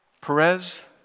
Perez